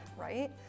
right